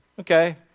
Okay